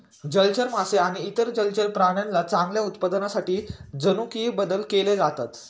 जलचर मासे आणि इतर जलचर प्राण्यांच्या चांगल्या उत्पादनासाठी जनुकीय बदल केले जातात